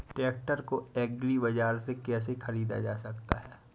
Tractor को agri बाजार से कैसे ख़रीदा जा सकता हैं?